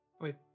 Wait